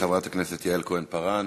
חברת הכנסת יעל כהן-פארן.